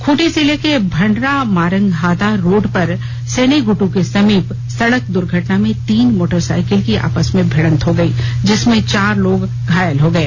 खूँटी जिले के भंडरा मारंगहादा रोड पर सेनेगुदू के समीप सड़क दुर्घटना में तीन मोटरसाइकिल की आपस में भिड़त हो गयी जिसमें चार लोग घायल हो गए